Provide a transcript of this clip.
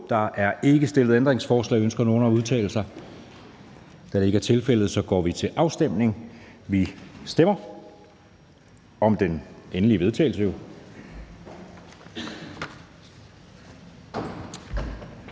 Der er ikke stillet ændringsforslag. Ønsker nogen at udtale sig? Da det ikke er tilfældet, går vi til afstemning. Kl. 12:32 Afstemning Anden